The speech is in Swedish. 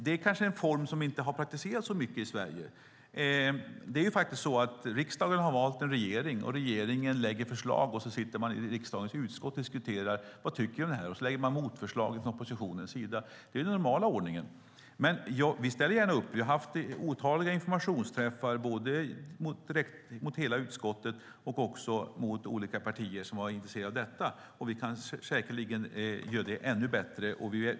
Det är en form som inte har praktiserats så mycket i Sverige. Riksdagen har valt en regering, och regeringen lägger fram förslag. Så sitter man i riksdagens utskott och diskuterar vad man tycker, och så lägger oppositionen fram motförslag. Det är den normala ordningen. Vi ställer gärna upp. Vi har haft otaliga informationsträffar, både med hela utskottet och med olika partier som varit intresserade av det. Vi kan säkerligen göra det ännu bättre.